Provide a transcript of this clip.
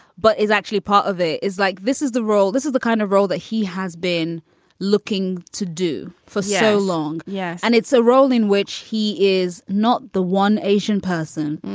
but is actually part of it, is like this is the role. this is the kind of role that he has been looking to do for so long. yes. and it's a role in which he is not the one asian person,